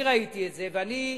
אני ראיתי את זה, ואני,